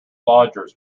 lodgers